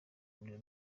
umuriro